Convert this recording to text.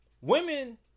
women